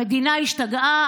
המדינה השתגעה?